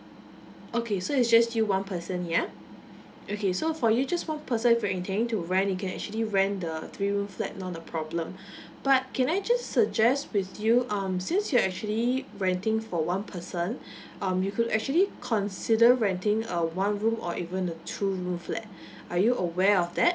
okay so it's just you one person ya okay so for you just one person if you're intending to rent you can actually rent the three room flat not a problem but can I just suggest with you um since you're actually renting for one person um you could actually consider renting a one room or even a two room flat are you aware of that